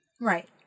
Right